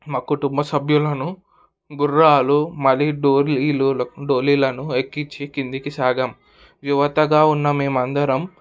మా కుటుంబ సభ్యులను గుర్రాలు మరియు డోలీలు డోలీలను ఎక్కించి కిందికి సాగం యువతగా ఉన్న మేము అందరం